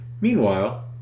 Meanwhile